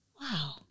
Wow